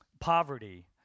poverty